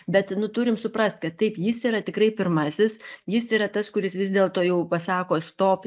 bet nu turim suprast kad taip jis yra tikrai pirmasis jis yra tas kuris vis dėlto jau pasako stop